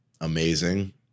amazing